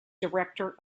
director